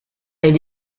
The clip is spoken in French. elle